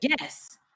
Yes